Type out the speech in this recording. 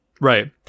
right